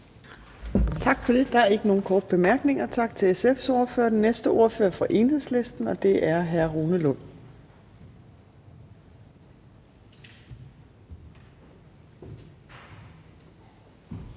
Tak for det. Der er ikke nogen korte bemærkninger. Tak til SF's ordfører. Den næste ordfører er fra Enhedslisten, og det er hr. Rune Lund.